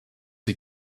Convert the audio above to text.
sie